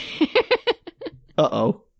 Uh-oh